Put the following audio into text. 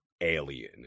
alien